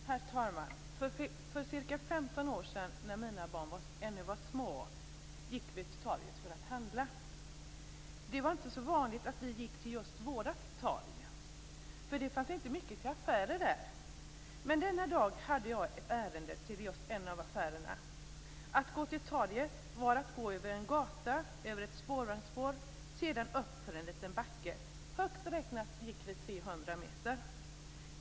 Herr talman! För ca 15 år sedan, när mina barn ännu var små, gick vi till torget för att handla. Det var inte så vanligt att vi gick just till vårt torg, för det fanns inte mycket till affärer där. Men denna dag hade jag ett ärende till just en av affärerna. Att gå till torget var att gå över en gata, över ett spårvagnsspår och sedan upp för en liten backe. Högt räknat gick vi 300 meter.